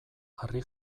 harri